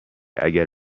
اگر